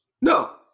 No